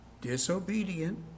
disobedient